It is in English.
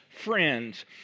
friends